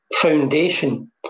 foundation